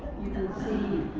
you can see